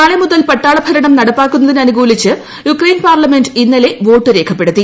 നാളെ മുതൽ പട്ടാള ഭരണം നടപ്പാക്കുന്നതിന് അനുകൂലിച്ച് യുക്രൈൻ പാർലമെന്റ് ഇന്നലെ വോട്ട് രേഖപ്പെടുത്തി